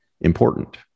important